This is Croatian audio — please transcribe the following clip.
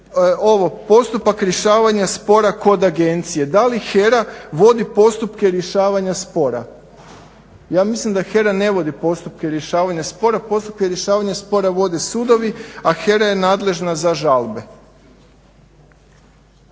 ovo postupak rješavanja spora kod agencije da li HERA vodi postupke rješavanja spora? Ja mislim da HERA ne vodi postupke rješavanja spora, postupke rješavanja spora vode sudovi, a HERA je nadležna za žalbe.